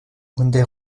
hyundai